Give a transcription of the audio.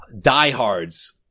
diehards